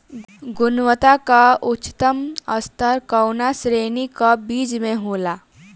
गुणवत्ता क उच्चतम स्तर कउना श्रेणी क बीज मे होला?